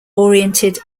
oriented